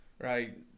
right